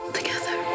together